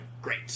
Great